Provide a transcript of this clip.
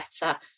better